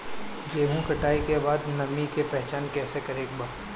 गेहूं कटाई के बाद नमी के पहचान कैसे करेके बा?